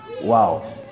Wow